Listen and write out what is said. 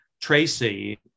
Tracy